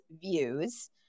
views